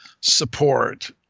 support